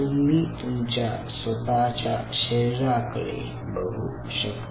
तुम्ही तुमच्या स्वतःच्या शरीराकडे बघू शकता